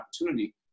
opportunity